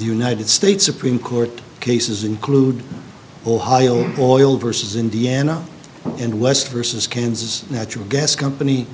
united states supreme court cases include ohio oil versus indiana and west versus kansas natural gas company